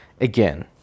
again